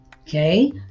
okay